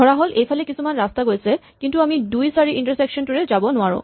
ধৰাহ'ল এইফালে কিছুমান ৰাস্তা গৈছে কিন্তু আমি ২ ৪ ইন্টাৰছেকচন টোৰে যাব নোৱাৰো